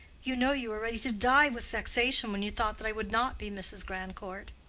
you know you were ready to die with vexation when you thought that i would not be mrs. grandcourt.